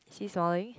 is he smiling